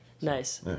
Nice